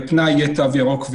בפנאי יהיה תו ירוק,